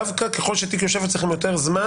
דווקא ככל שתיק יושב אצלכם יותר זמן